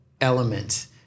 element